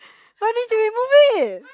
why didn't you remove it